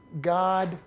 God